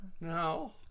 No